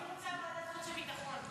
אני רוצה ועדת החוץ והביטחון.